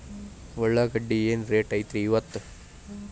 ಉಳ್ಳಾಗಡ್ಡಿ ಏನ್ ರೇಟ್ ಐತ್ರೇ ಇಪ್ಪತ್ತು?